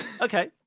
Okay